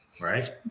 right